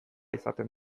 izaten